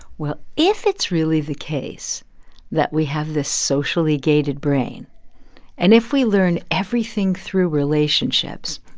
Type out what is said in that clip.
well, if it's really the case that we have this socially gated brain and if we learn everything through relationships,